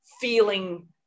feeling